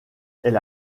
elle